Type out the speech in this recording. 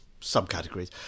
subcategories